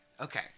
okay